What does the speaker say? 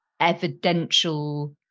evidential